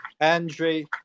Andre